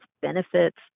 benefits